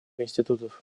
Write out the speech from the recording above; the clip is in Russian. институтов